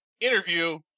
interview